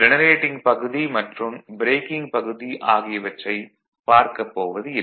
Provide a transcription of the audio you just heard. generating பகுதி மற்றும் braking பகுதி ஆகியவற்றைப் பார்க்கப் போவது இல்லை